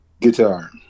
Guitar